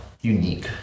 unique